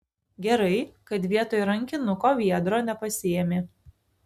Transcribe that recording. gerai kad vietoj rankinuko viedro nepasiėmė